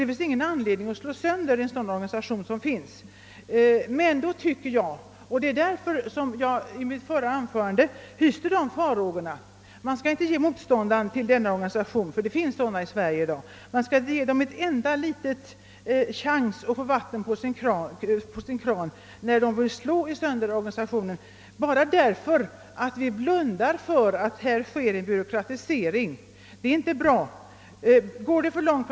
Det finns ingen anledning att slå sönder den organisation som finns, men jag tycker — det var därför jag i mitt förra anförande gav uttryck för dessa farhågor — att man inte skall ge motståndarna till denna organisation, ty sådana finns i Sverige, en :.enda liten chans att få vatten på sin kvarn när de vill slå sönder den. Vi skall inte blunda för att en byråkratisering är under utveckling. Det är inte bra.